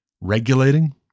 regulating